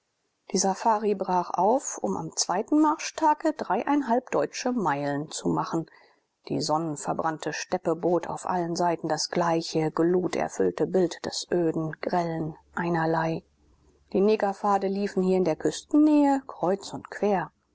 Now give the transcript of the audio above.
die safari brach auf um am zweiten marschtage dreieinhalb deutsche meilen zu machen die sonnverbrannte steppe bot auf allen seiten das gleiche gluterfüllte bild des öden grellen einerlei die negerpfade liefen hier in der küstennähe kreuz und quer